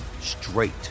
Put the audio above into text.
straight